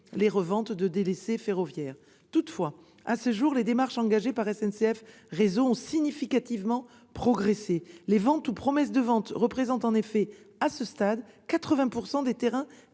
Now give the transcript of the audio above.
les reventes de délaissés ferroviaires. Toutefois, à ce jour, les démarches engagées par SNCF Réseau ont significativement progressé : les ventes ou promesses de vente représentent à ce stade 80 % des terrains